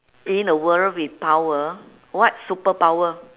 in a world with power what superpower